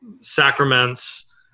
sacraments